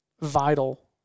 vital